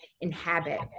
inhabit